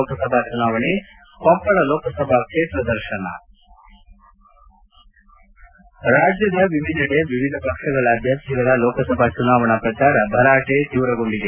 ಲೋಕಸಭಾ ಚುನಾವಣೆ ಕೊಪ್ಪಳ ಲೋಕಸಭಾ ಕ್ಷೇತ್ರದರ್ತನ ರಾಜ್ದದ ವಿವಿಧೆಡೆ ವಿವಿಧ ಪಕ್ಷಗಳ ಅಭ್ಯರ್ಥಿಗಳ ಲೋಕಸಭಾ ಚುನಾವಣಾ ಪ್ರಚಾರ ಭರಾಟೆ ತೀವ್ರಗೊಂಡಿದೆ